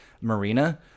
Marina